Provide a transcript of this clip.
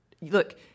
look